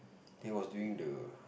they was doing the